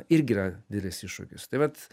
irgi yra didelis iššūkis tai vat